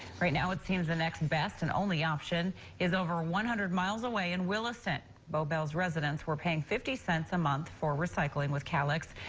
right now, it seems the next best and only option is over one hundred miles away. in williston. bowbells residents were paying fifty cents a month for recycling with kalix.